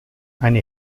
eine